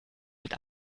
mit